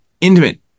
intimate